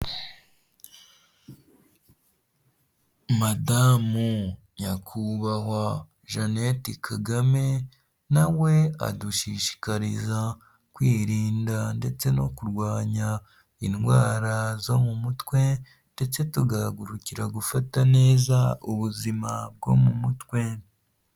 Madamu nyakubahwa Janete Kagame na we adushishikariza kwirinda ndetse no kurwanya indwara zo mu mutwe, ndetse tugahagurukira gufata neza ubuzima bwo mu mutwe.